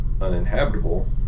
uninhabitable